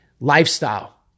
lifestyle